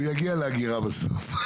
הוא יגיע לאגירה בסוף.